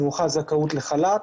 הוארכה הזכאות לחל"ת,